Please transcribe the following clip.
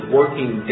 working